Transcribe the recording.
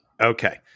Okay